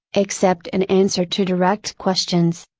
except in answer to direct questions.